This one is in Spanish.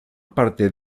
parte